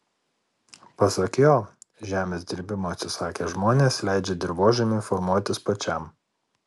pasak jo žemės dirbimo atsisakę žmonės leidžia dirvožemiui formuotis pačiam